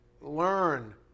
learn